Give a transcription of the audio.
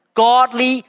godly